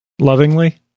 Lovingly